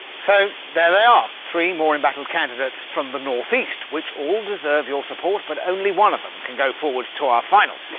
so there they are three more embattled candidates from the northeast, which all deserve your support, but only one of them can go forward to our final,